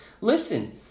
listen